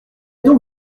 donc